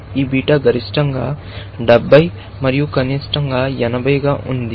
ఈ బీటా గరిష్టంగా 70 మరియు కనీసం 80 గా ఉంది